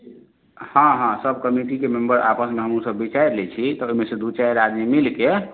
हँ हँ सब कमिटीके मेम्बर आपसमे हमहुँ सब विचारि लैत छी तऽ ओहिमे से दू चारि आदमी मिलके